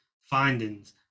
findings